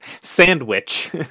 Sandwich